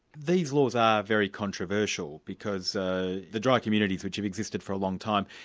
these rules are very controversial, because ah the dry communities which have existed for a long time,